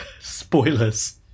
Spoilers